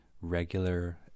regular